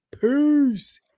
peace